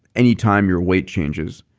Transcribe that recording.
anytime your weight changes.